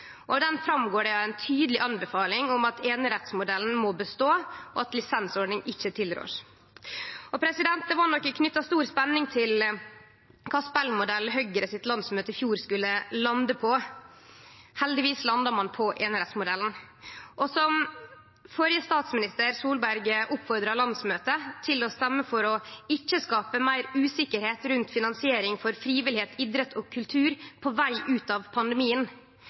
og av ho går det fram ei tydeleg tilråding om at einerettsmodellen må bestå, og at lisensordning ikkje blir tilrådd. Det var nok knytt stor spenning til kva spelmodell Høgres landsmøte i fjor skulle lande på. Heldigvis landa ein på einerettsmodellen, som førre statsminister Solberg oppmoda landsmøtet til å stemme for for ikkje å skape meir usikkerheit rundt finansiering av frivilligheit, idrett og kultur på veg ut av pandemien.